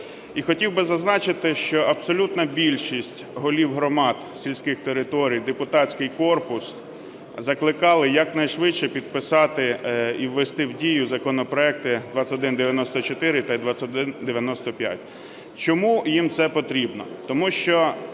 і хотів би зазначити, що абсолютна більшість голів громад сільських територій, депутатський корпус закликали якнайшвидше підписати і ввести в дію законопроекти 2194 та 2195. Чому їм це потрібно?